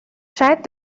شاید